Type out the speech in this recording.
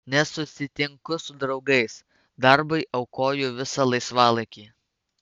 nesusitinku su draugais darbui aukoju visą laisvalaikį